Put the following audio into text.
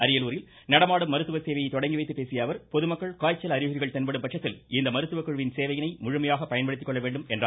அரியலூரில் நடமாடும் மருத்துவ சேவையைத் தொடங்கிவைத்துப் பேசியஅவர் பொதுமக்கள் காய்ச்சல் அறிகுறிகள் தென்படும்பட்சத்தில் இந்த மருத்துவக் குழுவின் சேவையினை முழுமையாக பயன்படுத்திக்கொள்ள வேண்டும் என்றார்